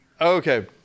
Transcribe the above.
Okay